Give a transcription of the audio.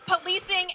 Policing